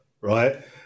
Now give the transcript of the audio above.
right